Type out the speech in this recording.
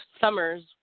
summers